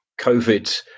COVID